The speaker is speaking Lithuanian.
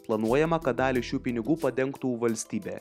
planuojama kad dalį šių pinigų padengtų valstybė